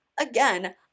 Again